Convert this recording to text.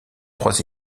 trois